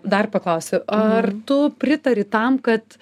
dar paklausiu ar tu pritari tam kad